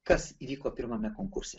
kas įvyko pirmame konkurse